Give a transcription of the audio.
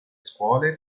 scuole